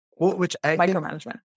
micromanagement